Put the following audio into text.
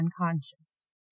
unconscious